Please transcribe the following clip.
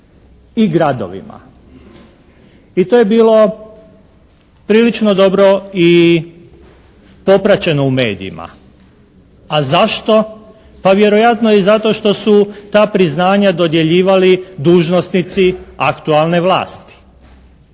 i gradovima. I to je bilo prilično dobro i popraćeno u medijima. A zašto? Pa vjerojatno i zato što su ta priznanja dodjeljivali dužnosnici aktualne vlasti.